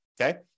okay